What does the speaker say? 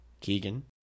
Keegan